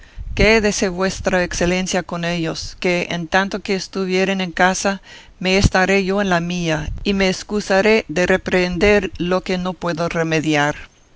locuras quédese vuestra excelencia con ellos que en tanto que estuvieren en casa me estaré yo en la mía y me escusaré de reprehender lo que no puedo remediar